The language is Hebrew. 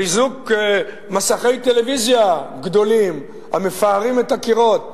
חיזוק מסכי טלוויזיה גדולים המפארים את הקירות,